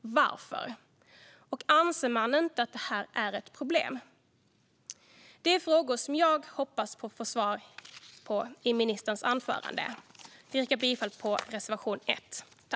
Varför? Och anser man inte att detta är ett problem? Detta är frågor som jag hoppas få svar på i ministerns anförande. Jag yrkar bifall till reservation 1.